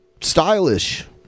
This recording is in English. stylish